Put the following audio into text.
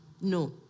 No